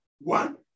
one